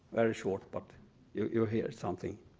very short but you hear something.